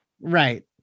Right